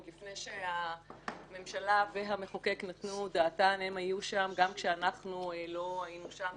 עוד לפני שהממשלה והמחוקק נתנו דעתם הן היו שם גם כשאנחנו לא היינו שם,